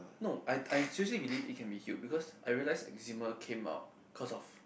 no I I seriously believe it can be healed because I realized eczema came out cause of